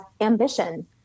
ambition